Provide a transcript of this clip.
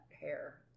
hair